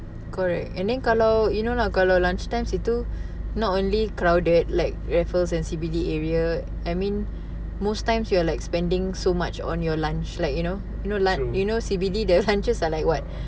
correct and then kalau you know lah kalau lunch time situ not only crowded like raffles and C_B_D area I mean most times you are like spending so much on your lunch like you know you know lunch you know C_B_D the lunches are like what